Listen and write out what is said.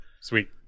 Sweet